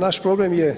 Naš problem je